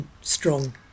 strong